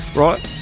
right